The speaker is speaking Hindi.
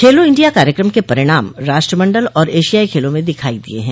खेलो इंडिया कार्यक्रम के परिणाम राष्ट्रमंडल और एशियाई खेलों में दिखाई दिए हैं